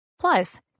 Plus